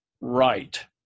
right